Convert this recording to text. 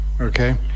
okay